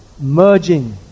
merging